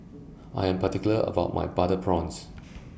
I Am particular about My Butter Prawns